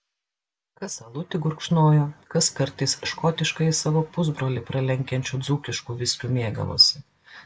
kas alutį gurkšnojo kas kartais škotiškąjį savo pusbrolį pralenkiančiu dzūkišku viskiu mėgavosi